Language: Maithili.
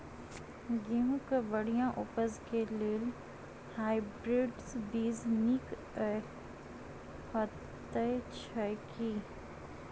गेंहूँ केँ बढ़िया उपज केँ लेल हाइब्रिड बीज नीक हएत अछि की?